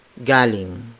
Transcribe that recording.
Galing